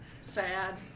Sad